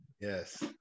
Yes